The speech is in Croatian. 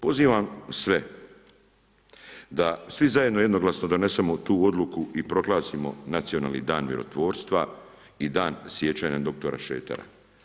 Pozivam sve da svi zajedno jednoglasno donesemo tu odluku i proglasimo nacionalni dan mirotvorstva i dan sjećanja na dr. Šretera.